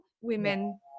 women